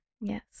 Yes